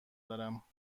دارم